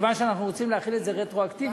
מכיוון שאנחנו רוצים להחיל את זה רטרואקטיבית,